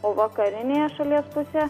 o vakarinėje šalies pusėje